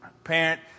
Parent